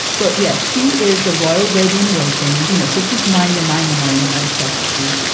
but yes she is a royal lady in waiting. you know so she's minor minor minor aristocracy.